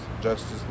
Justice